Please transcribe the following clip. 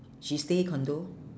she stay condo